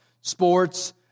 sports